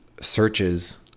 searches